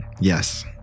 yes